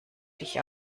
dich